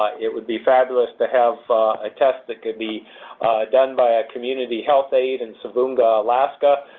it would be fabulous to have a test that could be done by a community health aid in savoonga, alaska.